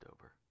over